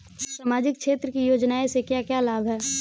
सामाजिक क्षेत्र की योजनाएं से क्या क्या लाभ है?